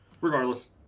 Regardless